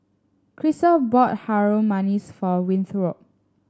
Christal bought Harum Manis for Winthrop